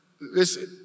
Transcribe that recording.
listen